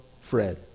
Fred